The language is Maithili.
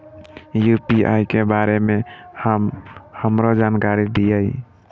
यू.पी.आई के बारे में हमरो जानकारी दीय?